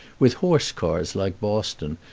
with horse-cars like boston,